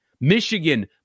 Michigan